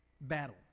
battle